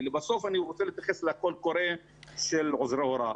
לבסוף אני רוצה להתייחס לקול קורא של עוזרי הוראה.